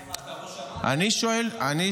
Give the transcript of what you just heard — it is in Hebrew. ואני שואל --- למה, אתה ראש אמ"ן?